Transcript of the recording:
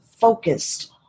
focused